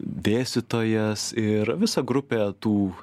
dėstytojas ir visa grupė tų